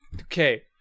Okay